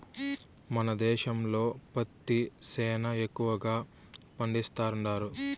మన దేశంలో పత్తి సేనా ఎక్కువగా పండిస్తండారు